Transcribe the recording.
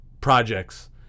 projects